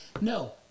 No